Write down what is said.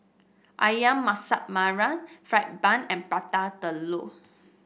ayam Masak Merah fried bun and Prata Telur